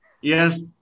yes